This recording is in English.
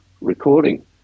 recording